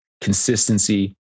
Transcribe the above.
consistency